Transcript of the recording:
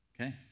okay